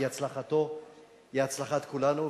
כי הצלחתו היא הצלחת כולנו.